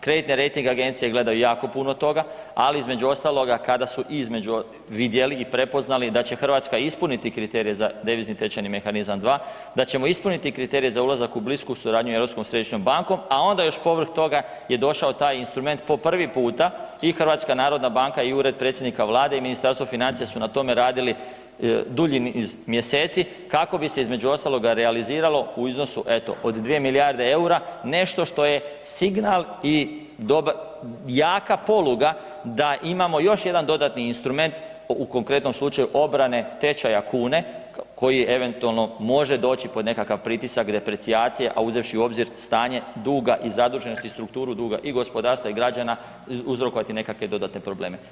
Kreditni rejting agencije gledaju jako puno toga, ali između ostaloga kada su vidjeli i prepoznali da će Hrvatska ispuniti kriterij za devizni tečajni mehanizam 2, da ćemo ispuniti kriterije za ulazak u blisku suradnju sa Europskom središnjom bankom, a onda još povrh toga je došao taj instrument po prvi puta i HNB i Ured predsjednika Vlade i Ministarstvo financija su na tome radili dulji niz mjeseci kako bi se između ostaloga realiziralo u iznosu eto od 2 milijarde eura nešto što je signal i jaka poluga da imamo još jedan dodatni instrument u konkretnom slučaju obrane tečaja kune koji eventualno može doći pod nekakav pritisak deprecijacije, a uzevši u obzir stanje duga i zaduženosti i strukturu duga i gospodarstva i građana i uzrokovati nekakve dodatne probleme.